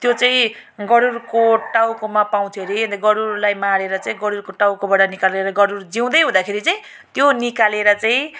त्यो चाहिँ गरुडको टाउकोमा पाउँथ्यो अरे अन्त गरुडलाई मारेर चाहिँ गरुडको टाउकोबाट निकालेर गरुड जिउँदै हुँदाखेरि चाहिँ त्यो निकालेर चाहिँ